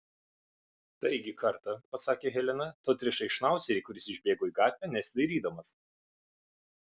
taigi kartą pasakė helena tu atrišai šnaucerį kuris išbėgo į gatvę nesidairydamas